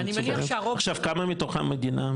עכשיו כמה מתוך המדינה,